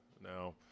now